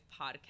podcast